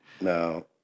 no